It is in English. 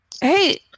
Hey